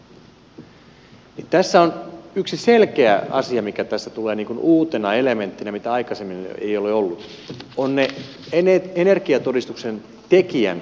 tässä yksi selkeä asia mikä tässä tulee uutena elementtinä mitä aikaisemmin ei ole ollut on energiatodistuksen tekijän antamat suositukset